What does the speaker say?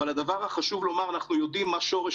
אבל הדבר החשוב לומר הוא שאנחנו יודעים מה שורש